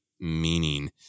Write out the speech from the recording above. meaning